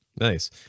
nice